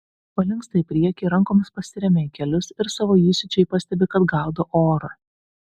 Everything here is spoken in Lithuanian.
palinksta į priekį rankomis pasiremia į kelius ir savo įsiūčiui pastebi kad gaudo orą